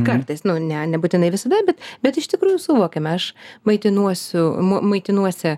kartais ne nebūtinai visada bet bet iš tikrųjų suvokiame aš maitinuosiu m maitinuosi